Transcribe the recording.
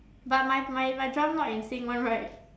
but my my my drum not in sync one right